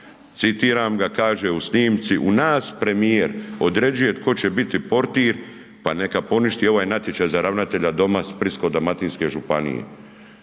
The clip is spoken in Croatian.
citiram ga kaže u snimci: U nas premijer određuje tko će biti portir, pa neka poništi ovaj natječaj za ravnatelja doma Splitsko-dalmatinske županije.